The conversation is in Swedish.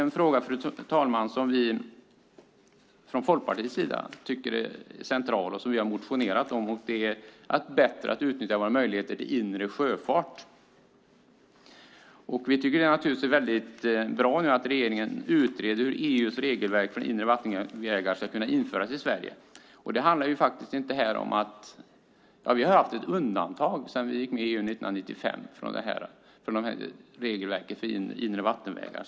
En fråga som vi i Folkpartiet tycker är central och som vi har motionerat om är den om att bättre utnyttja våra möjligheter till inre sjöfart. Naturligtvis tycker vi att det är väldigt bra att regeringen utreder hur EU:s regelverk för inre vattenvägar kan införas i Sverige. Sedan 1995 då Sverige gick med i EU har vi haft ett undantag från regelverket för inre vattenvägar.